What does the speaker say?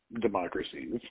democracies